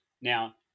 Now